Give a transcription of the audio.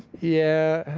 yeah,